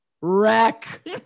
wreck